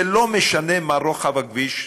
ולא משנה מה רוחב הכביש,